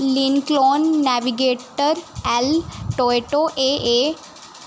lean clone navigator L Toyota A A